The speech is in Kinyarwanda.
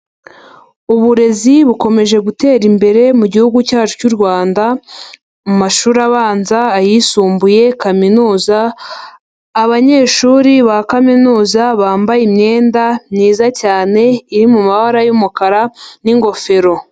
Uburezi bukomeje gutera imbere mu gihugu cyacu cy'u Rwanda mu mashuri abanza, ayisumbuye, kaminuza, abanyeshuri ba kaminuza bambaye imyenda myiza cyane iri mu mabara y'umukara n'ingofero.